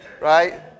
Right